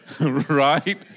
Right